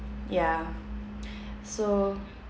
ya so